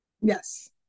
Yes